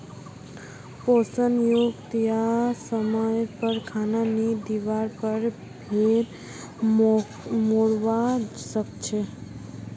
पोषण युक्त या समयर पर खाना नी दिवार पर भेड़ मोरवा सकछे